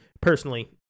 personally